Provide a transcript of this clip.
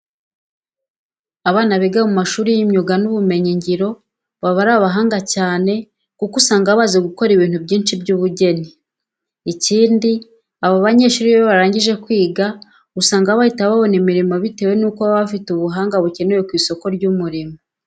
Abana biga mu mashuri y'imyuga n'ubumenyingiro baba ari abahanga cyane kuko usanga bazi gukora ibintu byinshi by'ubugeni. Ikindi, aba banyeshuri iyo barangije kwiga usanga bahita babona imirimo bitewe nuko baba bafite ubuhanga bukenewe ku isoko ry'umurimo.